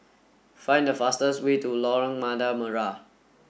find the fastest way to Lorong Merah